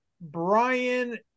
Brian